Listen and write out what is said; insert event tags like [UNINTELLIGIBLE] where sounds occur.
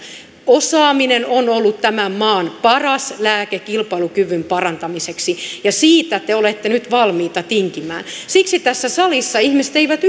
osaaminen on ollut tämän maan paras lääke kilpailukyvyn parantamiseksi ja siitä te olette nyt valmiita tinkimään siksi tässä salissa ihmiset eivät [UNINTELLIGIBLE]